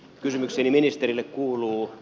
kysymykseni ministerille kuuluu